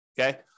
Okay